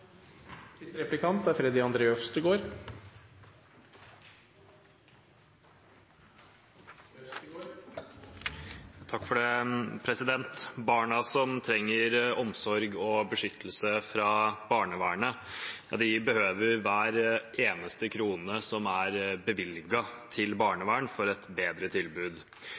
Barna som trenger omsorg og beskyttelse fra barnevernet, behøver hver eneste krone som er bevilget til barnevern for et bedre tilbud.